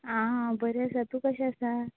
आ हांव बरें आसा तूं कशें आसा